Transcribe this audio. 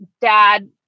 Dad